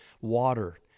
water